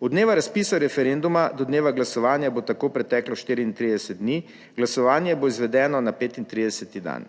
Od dneva razpisa referenduma do dneva glasovanja bo tako preteklo 34 dni, glasovanje bo izvedeno na 35. dan.